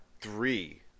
three